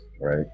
right